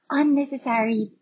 unnecessary